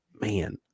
man